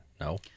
No